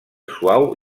suau